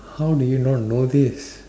how do you not know this